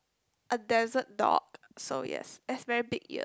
a desert dog so yes it has very big ear